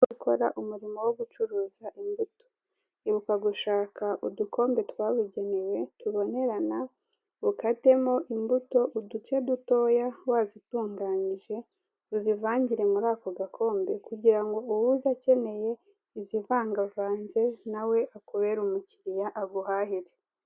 Gukora umurimo wo gucuruza imbuto ibuka gushaka udukombe twabugenewe tubonerana, ukatemo imbuto uduce dutoya wazitunganyije uzivangire muri ako gakombe kugira ngo uwuza akeneye izivangavanze nawe akubere umukiriya aguhahire.